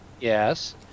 yes